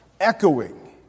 echoing